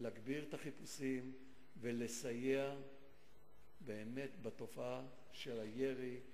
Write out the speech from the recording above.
להגביר את החיפושים ולסייע באמת בתופעה של הירי,